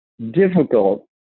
difficult